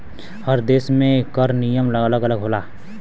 हर देस में कर नियम अलग अलग होला